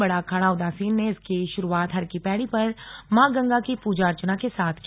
बड़ा अखाड़ा उदासीन ने इसकी शुरुआत हरकी पैड़ी पर मां गंगा की पूजा अर्चना के साथ की